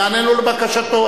נענינו לבקשתו.